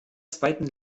zweiten